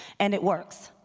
and it works.